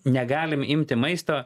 negalim imti maisto